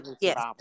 yes